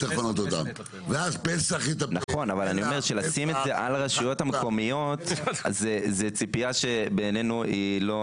אבל אני אומר שלשים את זה על הרשויות המקומיות זאת ציפייה שהיא לא...